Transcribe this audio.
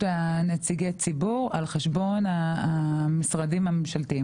נציגי הציבור על חשבון המשרדים הממשלתיים.